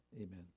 Amen